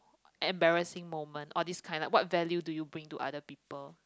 embarrassing moment all this kind like what value do you bring to other people